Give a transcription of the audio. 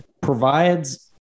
provides